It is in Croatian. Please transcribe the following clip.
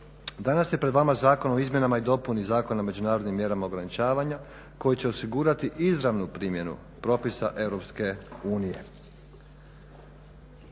Danas je pred vama zakon o izmjenama i dopuni Zakona o međunarodnim mjerama ograničavanja, koji će osigurati izravnu primjenu propisa EU.